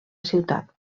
ciutat